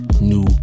new